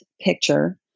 picture